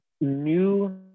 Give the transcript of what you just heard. new